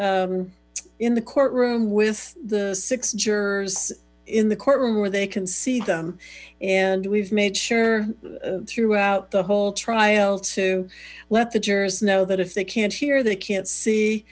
in in the courtroom with the six jurors in the courtroom where they can see them and we've made sure throughout the whole trial to let the jurors know that if they can't hear they can't see